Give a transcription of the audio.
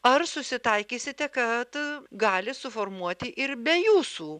ar susitaikysite kad gali suformuoti ir be jūsų